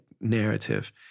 narrative